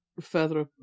further